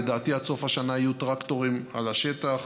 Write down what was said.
לדעתי עד סוף השנה יהיו טרקטורים על השטח